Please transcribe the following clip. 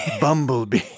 Bumblebee